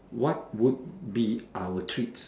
what would be our treats